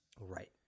Right